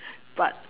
but